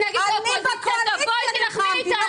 אני בקואליציה נלחמתי.